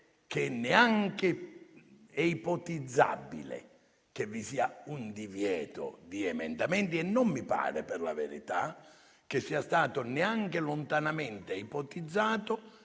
che neanche è ipotizzabile che vi sia un divieto di presentare emendamenti e non mi pare, per la verità, che sia stato neanche lontanamente ipotizzato